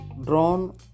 drawn